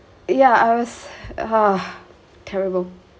yeah I was uh terrible